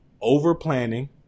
over-planning